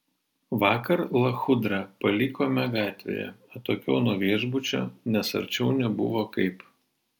vakar lachudrą palikome gatvėje atokiau nuo viešbučio nes arčiau nebuvo kaip